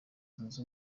zunze